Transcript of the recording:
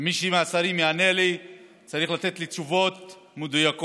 ומי מהשרים שיענה לי צריך לתת לי תשובות מדויקות.